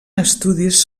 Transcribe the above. estudis